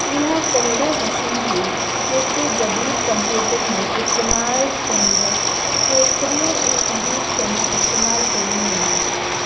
इहा पहिरियों मशीन हुई जेको जदीदु कंप्यूटिंग में इस्तेमालु थींदड़ केतिरियूं ई अहम शयूं इस्तेमालु कयूं वयूं